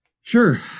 Sure